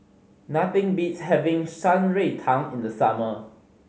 nothing beats having Shan Rui Tang in the summer